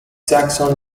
saxon